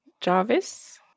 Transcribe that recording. Jarvis